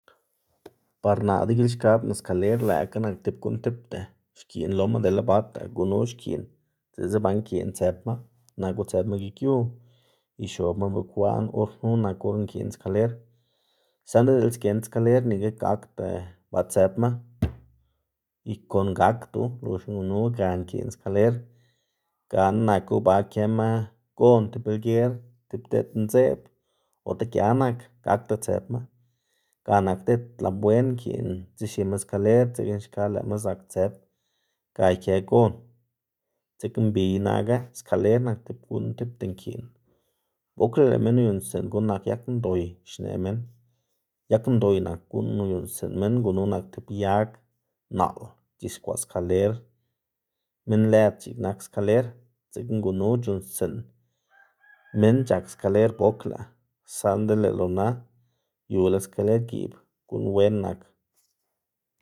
par naꞌ degilxkabná skaler lëꞌkga nak tib guꞌn tipta xkiꞌn loma dele bata, gunu xkiꞌn diꞌltsa ba nkiꞌn tsëpma, naku tsëpma gik yu ixobma bekwaꞌn or knu nak or nkiꞌn skaler, saꞌnda diꞌltsa giend skaler nika gakda ba tsëpma y kon gakdu, loxna gunu ga nkiꞌn skaler, gana naku ba këma gon tib lger tib diꞌt ndzeꞌb ota gia nak gakda tsëpma ga nak diꞌt laboen nkiꞌn dzexima skaler, dzekna xka lëꞌma zak tsëp ga ikë gon, dzekna mbi ina ga. Skaler nak tib guꞌn tipta nkiꞌn, bokla lëꞌ minn uyuꞌnnstsiꞌn guꞌn nak yag ndoy xneꞌ minn, yag ndoy nak guꞌn uyuꞌnnstsiꞌn minn gunu nak tib yag naꞌl c̲h̲ixkwaꞌ skaler minn lëd x̱iꞌk nak skaler, dzekna gunu c̲h̲uꞌnnstsiꞌn minn c̲h̲ak skaler boklar, saꞌnda lo na yula xkaler giꞌb guꞌn wen nak.